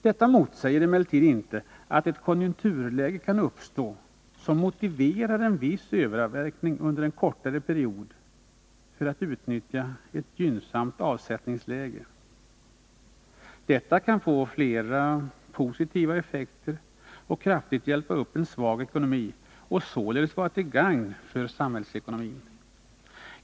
Detta motsäger emellertid inte att ett konjunkturläge kan uppstå, som motiverar en viss överavverkning under en kortare period för att utnyttja ett gynnsamt avsättningsläge. Detta kan få flera positiva effekter och kraftigt hjälpa upp en svag ekonomi och således vara till gagn för samhällsekonomin.